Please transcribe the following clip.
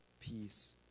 peace